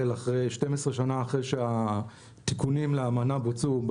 אחרי 12 שנה אחרי שהתיקונים לאמנה בוצעו,